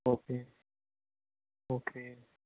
okay okay